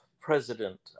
president